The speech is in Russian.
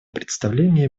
представления